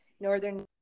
northern